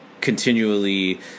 continually